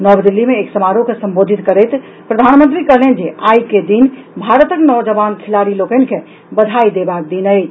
नव दिल्ली मे एक समारोह के संबोधित करैत प्रधानमंत्री कहलनि जे आइ के दिन भारतक नौजवान खेलाड़ी लोकनि के बधाई देबाक दिन अछि